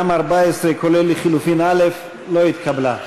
גם הסתייגות 14, כולל לחלופין א', לא התקבלה.